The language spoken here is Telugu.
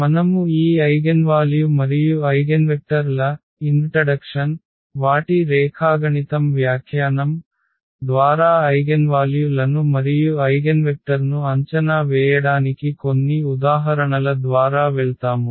మనము ఈ ఐగెన్వాల్యు మరియు ఐగెన్వెక్టర్ ల పరిచయం వాటి రేఖాగణితం వ్యాఖ్యానం ద్వారా ఐగెన్వాల్యు లను మరియు ఐగెన్వెక్టర్ను అంచనా వేయడానికి కొన్ని ఉదాహరణల ద్వారా వెళ్తాము